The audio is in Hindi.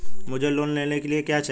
मुझे लोन लेने के लिए क्या चाहिए?